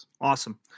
Awesome